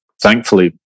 Thankfully